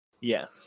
Yes